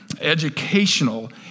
educational